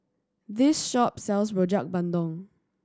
this shop sells Rojak Bandung